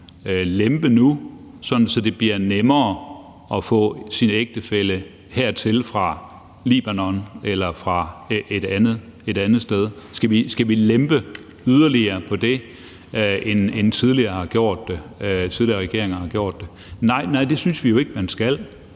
lempe nu, sådan at det bliver nemmere at få sin ægtefælle hertil fra Libanon eller fra et andet sted? Skal vi lempe yderligere på det, end tidligere regeringer har gjort? Nej, det synes vi jo ikke at man skal.